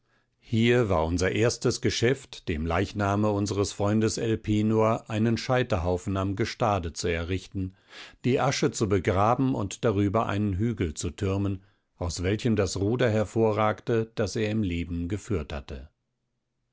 hier war unser erstes geschäft dem leichname unseres freundes elpenor einen scheiterhaufen am gestade zu errichten die asche zu begraben und darüber einen hügel zu türmen aus welchem das ruder hervorragte das er im leben geführt hatte